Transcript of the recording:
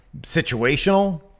situational